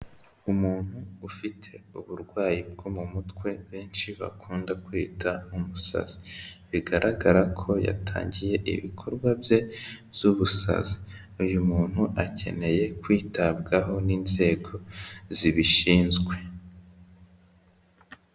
Umuntu ufite uburwayi bwo mu mutwe benshi bakunda kwita umusazi, bigaragara ko yatangiye ibikorwa bye by'ubusazi. Uyu muntu akeneye kwitabwaho n'inzego zibishinzwe.